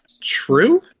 True